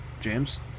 James